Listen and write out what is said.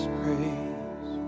praise